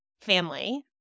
family